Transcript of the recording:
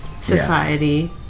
society